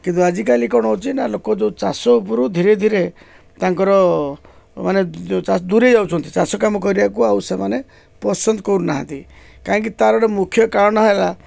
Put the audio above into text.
କିନ୍ତୁ ଆଜିକାଲି କ'ଣ ହେଉଛି ନା ଲୋକ ଯେଉଁ ଚାଷ ଉପରୁ ଧୀରେ ଧୀରେ ତାଙ୍କର ମାନେ ଯେଉଁ ଚାଷ ଦୂରେଇ ଯାଉଛନ୍ତି ଚାଷ କାମ କରିବାକୁ ଆଉ ସେମାନେ ପସନ୍ଦ କରୁନାହାନ୍ତି କାହିଁକି ତାର ଗୋଟେ ମୁଖ୍ୟ କାରଣ ହେଲା